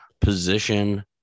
position